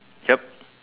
yup